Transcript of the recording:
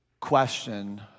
question